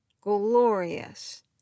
glorious